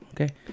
okay